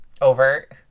Overt